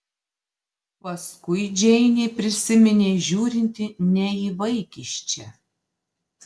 paskui džeinė prisiminė žiūrinti ne į vaikiščią